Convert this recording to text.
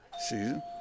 season